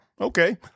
Okay